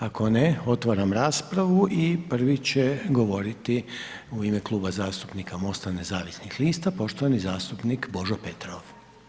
Ako ne, otvaram raspravu i prvi će govoriti u ime Kluba zastupnika Mosta nezavisnih lista poštovani zastupnik Božo Petrov.